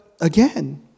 again